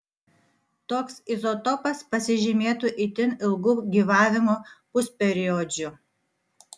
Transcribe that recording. toks izotopas pasižymėtų itin ilgu gyvavimo pusperiodžiu